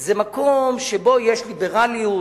זה מקום שבו יש ליברליות,